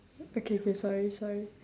okay K sorry sorry